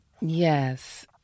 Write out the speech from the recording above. Yes